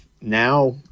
now